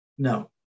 No